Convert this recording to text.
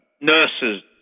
nurses